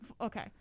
Okay